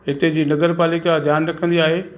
हिते जी नगर पालिका ध्यानु रखंदी आहे